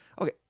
Okay